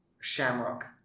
Shamrock